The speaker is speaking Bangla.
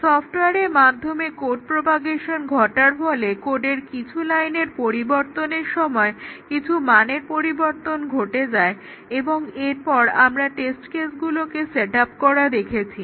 সফট্ওয়ারের মাধ্যমে কোড প্রোপাগেশন ঘটার ফলে কোডের কিছু লাইনের পরিবর্তনের সময় কিছু মানের পরিবর্তন ঘটে যায় এবং এরপর আমরা টেস্ট কেসগুলোকে সেটআপ করা দেখেছি